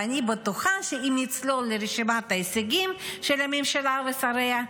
ואני בטוחה שאם נצלול לרשימת ההישגים של הממשלה ושריה,